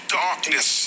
darkness